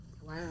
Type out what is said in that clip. Wow